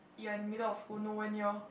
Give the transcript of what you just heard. you are at the middle of school no where near